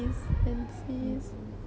okay then